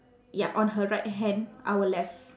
ya on her right hand our left